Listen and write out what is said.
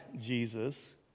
Jesus